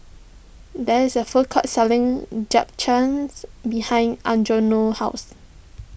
there is a food court selling Japchaes behind Algernon's house